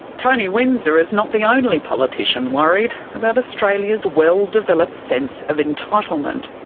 tony windsor is not the only politician worried about australia's well developed sense of entitlement.